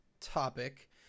topic